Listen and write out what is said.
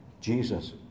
Jesus